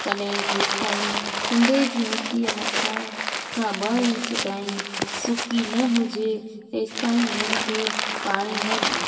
तॾहिं जेसिताईं कुंडे जी मिटीअ मथां खां ॿ इंच ताईं सुकी न हुजे तेसिताईं उन्हनि खे पाणी न ॾियूं